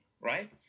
right